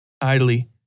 Idly